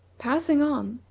passing on,